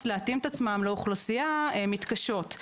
להתאים את עצמן לאוכלוסייה הן מתקשות,